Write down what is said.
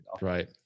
Right